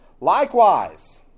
Likewise